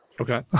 Okay